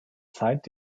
zeit